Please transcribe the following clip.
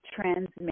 transmit